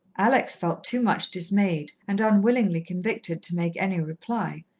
alex felt too much dismayed and unwillingly convicted to make any reply,